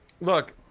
look